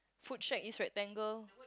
food shack is rectangle